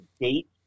date